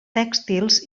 tèxtils